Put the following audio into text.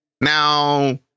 Now